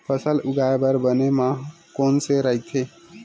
फसल उगाये बर बने माह कोन से राइथे?